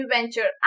Venture